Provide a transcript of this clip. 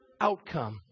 outcome